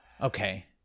okay